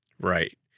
Right